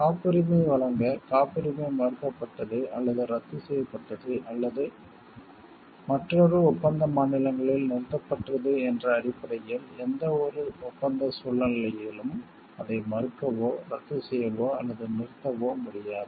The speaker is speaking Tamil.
காப்புரிமை வழங்க காப்புரிமை மறுக்கப்பட்டது அல்லது ரத்து செய்யப்பட்டது அல்லது மற்றொரு ஒப்பந்த மாநிலங்களில் நிறுத்தப்பட்டது என்ற அடிப்படையில் எந்தவொரு ஒப்பந்த நிலையிலும் அதை மறுக்கவோ ரத்து செய்யவோ அல்லது நிறுத்தவோ முடியாது